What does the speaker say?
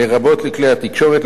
לרבות לכלי התקשורת,